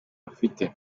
bafite